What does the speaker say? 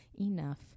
enough